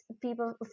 people